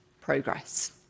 progress